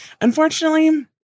Unfortunately